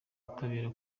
ubutabera